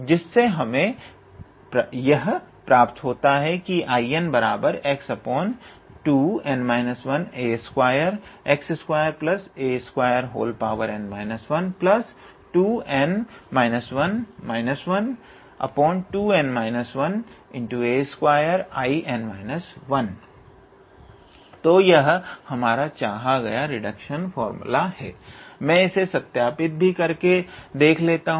जिससे हमें यह प्राप्त होगा Inx2a2x2a2n 12 12a2In 1 तो यह हमारा चाहा गया रिडक्शन फार्मूला है मैं इसे सत्यापित भी करके देख लेता हूं